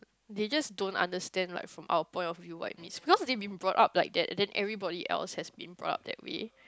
they just don't understand like from our point of view what it mean because they been brought up like that and then everybody else have been brought up that way